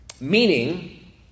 meaning